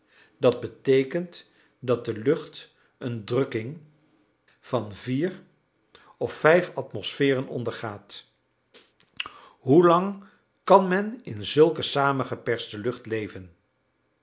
dat beteekent dat de lucht een drukking van vier of vijf atmosferen ondergaat hoelang kan men in zulke samengeperste lucht leven